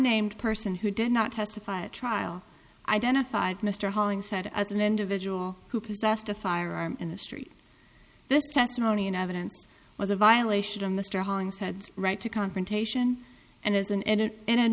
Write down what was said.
named person who did not testify at trial identified mr halling said as an individual who possessed a firearm in the street this testimony and evidence was a violation of mr hollingshead right to confrontation and as an